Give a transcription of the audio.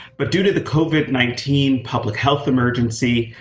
but due to the covid nineteen public health emergency,